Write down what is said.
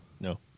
No